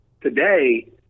Today